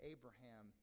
Abraham